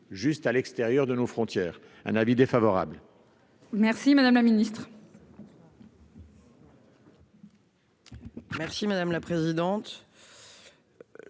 juste à l'extérieur de nos frontières, un avis défavorable. Merci madame la Ministre. Merci madame la présidente